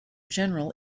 general